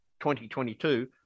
2022